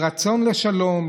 ברצון לשלום,